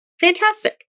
Fantastic